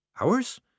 Ours